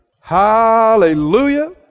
Hallelujah